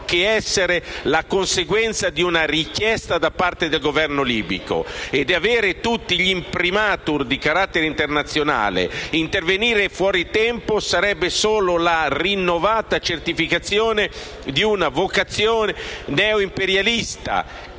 che essere la conseguenza di una richiesta da parte del Governo libico ed avere tutti gli *imprimatur* di carattere internazionale. Intervenire fuori tempo sarebbe solo la rinnovata certificazione di una vocazione neoimperialista,